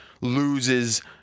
loses –